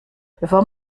bevor